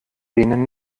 denen